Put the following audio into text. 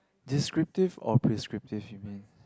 descriptive or prescriptive you mean